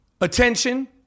Attention